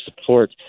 support